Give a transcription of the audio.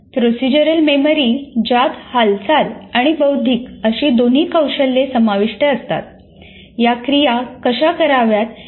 procedural memory ज्यात हालचाल आणि बौद्धिक अशी दोन्ही कौशल्ये समाविष्ट असतात या क्रिया कशा कराव्यात याच्याशी संबंधित असते